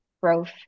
growth